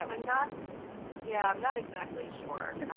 um not yeah not exactly sure.